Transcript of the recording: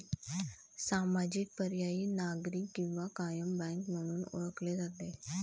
सामाजिक, पर्यायी, नागरी किंवा कायम बँक म्हणून ओळखले जाते